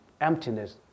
emptiness